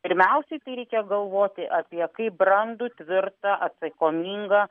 pirmiausiai tai reikia galvoti apie kaip brandų tvirtą atsakomingą